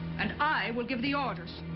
and i will give the orders.